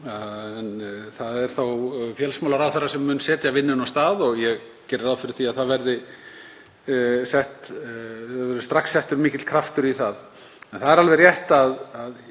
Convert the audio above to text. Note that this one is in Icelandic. Það er þá félagsmálaráðherra sem mun setja vinnuna af stað og ég geri ráð fyrir því að það verði strax settur mikill kraftur í það. En það er alveg rétt að